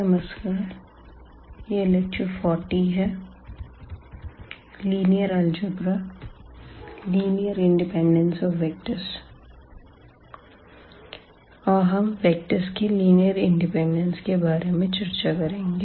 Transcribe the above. नमस्कार यह लेक्चर 40 है और हम वेक्टर्ज़ की लिनियर इंडेपेंडेन्स के बारे में चर्चा करेंगे